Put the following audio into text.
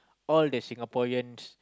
all the Singaporeans